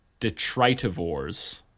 detritivores